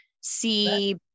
see